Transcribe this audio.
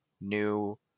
new